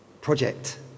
project